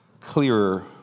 clearer